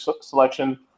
selection